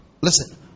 Listen